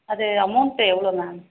அது அமௌண்ட்டு எவ்வளோ மேம்